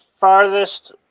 farthest